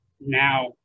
now